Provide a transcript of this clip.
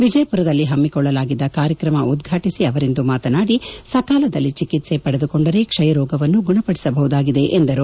ವಿಜಯಪುರದಲ್ಲಿ ಹಮ್ಮಕೊಳ್ಳಲಾಗಿದ್ದ ಕಾರ್ಯತ್ರಮ ಉದ್ದಾಟಿಸಿ ಅವರಿಂದು ಮಾತನಾಡಿ ಸಕಾಲದಲ್ಲಿ ಚಿಕಿತ್ಸೆ ಪಡೆದುಕೊಂಡರೆ ಕ್ಷಯರೋಗವನ್ನು ಗುಣಪಡಿಸಬಹುದಾಗಿದೆ ಎಂದರು